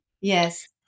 Yes